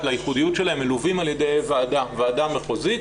לייחודיות שלהם מלווים על ידי ועדה מחוזית